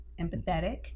empathetic